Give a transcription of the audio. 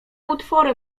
utwory